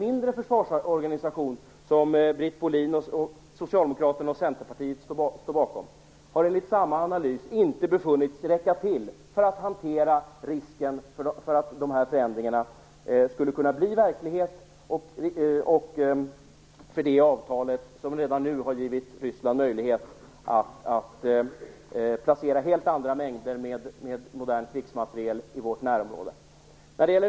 Bohlin, Socialdemokraterna och Centerpartiet står bakom har enligt samma analys inte befunnits räcka till för att hantera risken för att dessa förändringar skulle kunna bli verklighet och risken med det avtal som redan nu givit Ryssland möjlighet att placera helt andra mängder med modern krigsmateriel i vårt närområde.